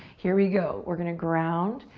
here we go. we're gonna ground,